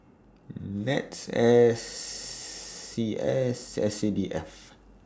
Nets S CS S C D F